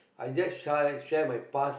I just sh~ share my past